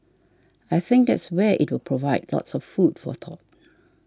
I think that's where it will provide lots of food for thought